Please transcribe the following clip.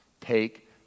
take